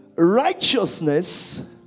Righteousness